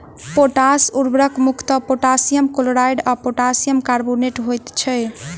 potash उर्वरक मुख्यतः potassium chloride आ पोटासियम कार्बोनेट होइत छै